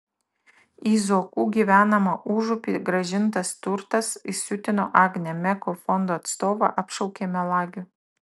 į zuokų gyvenamą užupį grąžintas turtas įsiutino agnę meko fondo atstovą apšaukė melagiu